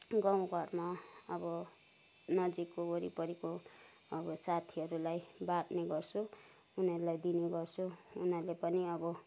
गाउँघरमा अब नजिकको वरिपरिको अब साथीहरूलाई बाँड्ने गर्छु उनीहरूलाई दिने गर्छु उनीहरूले पनि अब